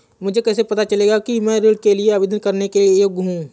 मुझे कैसे पता चलेगा कि मैं ऋण के लिए आवेदन करने के योग्य हूँ?